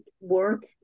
work